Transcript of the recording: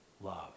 love